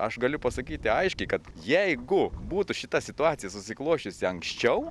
aš galiu pasakyti aiškiai kad jeigu būtų šita situacija susiklosčiusi anksčiau